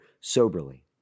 soberly